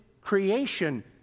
creation